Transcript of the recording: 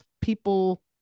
people